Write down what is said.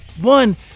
One